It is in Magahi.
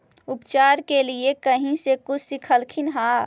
उपचार के लीये कहीं से कुछ सिखलखिन हा?